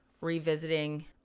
revisiting